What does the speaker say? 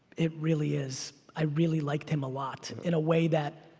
it really is. i really liked him a lot. in a way that